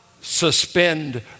suspend